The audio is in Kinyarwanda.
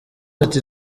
ati